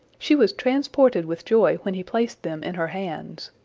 she was transported with joy when he placed them in her hands.